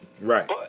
Right